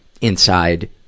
inside